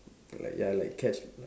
ya like ya catch